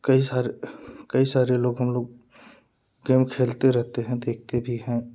कई सारे कई सारे लोग हम लोग गेम खेलते रहते हैं देखते भी हैं